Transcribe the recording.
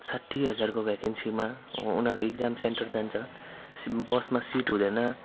साठी हजारको भ्याकेन्सीमा अब उनीहरू इग्जाम् सेन्टर जान्छ बसमा सिट हुँदैन